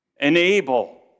enable